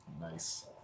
Nice